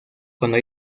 cuando